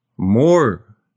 More